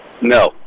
No